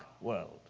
world